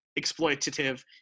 exploitative